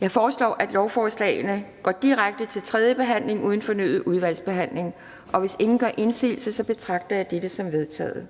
Jeg foreslår, at lovforslagene går direkte til tredje behandling uden fornyet udvalgsbehandling. Hvis ingen gør indsigelse, betragter jeg dette som vedtaget.